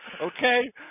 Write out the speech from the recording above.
okay